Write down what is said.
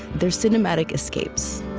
they're cinematic escapes